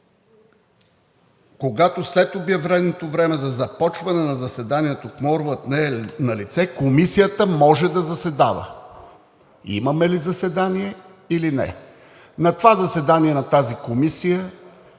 „Когато след обявеното време за започване на заседанието кворумът не е налице, комисията може да заседава.“ Имаме ли заседание или не? На заседанието на тази аз съм